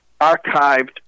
archived